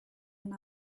and